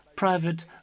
private